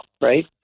right